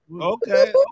Okay